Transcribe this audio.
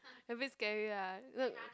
a bit scary lah look